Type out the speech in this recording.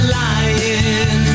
lying